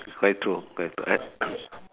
quite true where to add